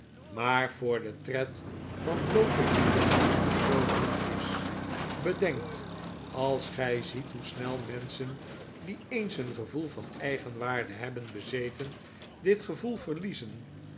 maar voor den tred van bloote voeten zoo ruw is bedenkt als gij ziet hoe snel menschen die eens een gevoel van eigenwaarde hebben bezeten dit gevoel verliezen